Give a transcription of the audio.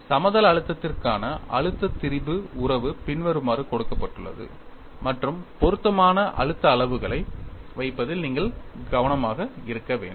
சமதள அழுத்தத்திற்கான அழுத்த திரிபு உறவு பின்வருமாறு கொடுக்கப்பட்டுள்ளது மற்றும் பொருத்தமான அழுத்த அளவுகளை வைப்பதில் நீங்கள் மிகவும் கவனமாக இருக்க வேண்டும்